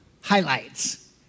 highlights